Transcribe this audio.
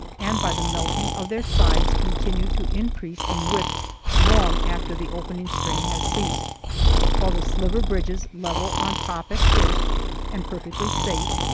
and by the melting of their sides continue to increase in width long after the opening strain has ceased while the sliver-bridges, level on top at first and perfectly safe,